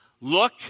Look